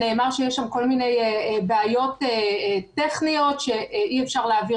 נאמר שיש שם כל מיני בעיות טכניות שאי אפשר להעביר